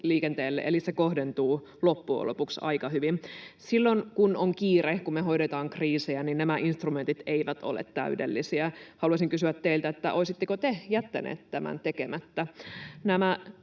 joukkoliikenteelle, eli se kohdentuu loppujen lopuksi aika hyvin. Silloin kun on kiire, kun me hoidetaan kriisejä, nämä instrumentit eivät ole täydellisiä. Haluaisin kysyä teiltä: olisitteko te jättäneet tämän tekemättä?